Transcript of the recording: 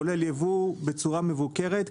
כולל יבוא בצורה מבוקרת,